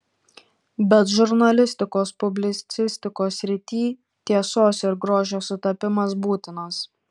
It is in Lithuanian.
bet žurnalistikos publicistikos srityj tiesos ir grožio sutapimas būtinas